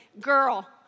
girl